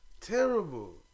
Terrible